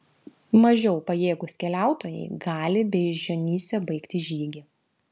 mažiau pajėgūs keliautojai gali beižionyse baigti žygį